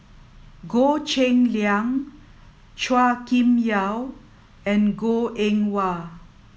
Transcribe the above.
Goh Cheng Liang Chua Kim Yeow and Goh Eng Wah